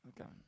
Okay